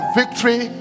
victory